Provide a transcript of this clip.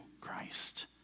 Christ